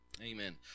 Amen